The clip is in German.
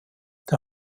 der